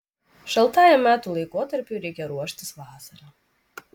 šaltajam metų laikotarpiui reikia ruoštis vasarą